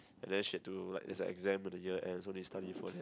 and then she have to like there's an exam in the year end so need to study for that